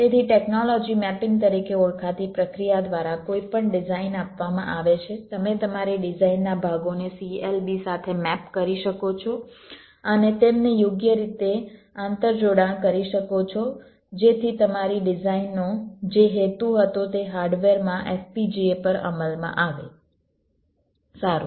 તેથી technology mapping તરીકે ઓળખાતી પ્રક્રિયા દ્વારા કોઈપણ ડિઝાઇન આપવામાં આવે છે તમે તમારી ડિઝાઇનના ભાગોને CLB સાથે મેપ કરી શકો છો અને તેમને યોગ્ય રીતે આંતર જોડાણ કરી શકો છો જેથી તમારી ડિઝાઇનનો જે હેતુ હતો તે હાર્ડવેરમાં FPGA પર અમલમાં આવે સારું